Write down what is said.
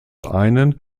einen